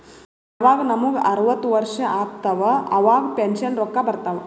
ಯವಾಗ್ ನಮುಗ ಅರ್ವತ್ ವರ್ಷ ಆತ್ತವ್ ಅವಾಗ್ ಪೆನ್ಷನ್ ರೊಕ್ಕಾ ಬರ್ತಾವ್